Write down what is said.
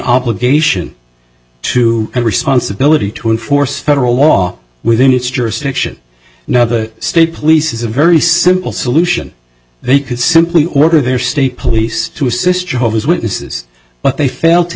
obligation to the responsibility to enforce federal law within its jurisdiction now the state police is a very simple solution they can simply order their state police to assist to hold these witnesses but they fail to